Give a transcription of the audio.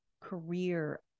career